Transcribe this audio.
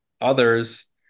others